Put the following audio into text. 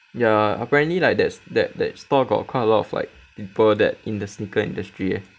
yeah apparently like that's that that stall got quite a lot of like people that in the sneaker industry eh